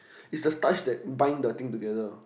is the starch that bind the thing together